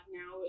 now